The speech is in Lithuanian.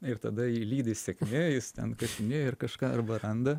ir tada jį lydi sėkmė jis ten kasinėja ir kažką arba randa